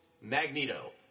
Magneto